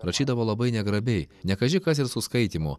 rašydavo labai negrabiai ne kaži kas ir su skaitymu